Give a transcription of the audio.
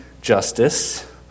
justice